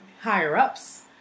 higher-ups